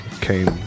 came